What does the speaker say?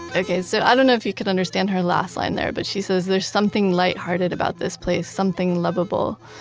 okay. so i don't know if you can understand her last line there, but she says, there's something lighthearted about this place, something lovable.